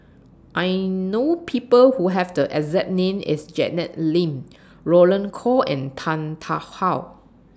I know People Who Have The exact name as Janet Lim Roland Goh and Tan Tarn How